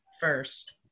first